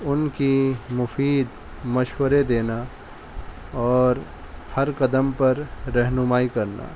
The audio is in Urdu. ان کی مفید مشورے دینا اور ہر قدم پر رہنمائی کرنا